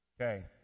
Okay